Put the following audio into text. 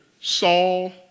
Saul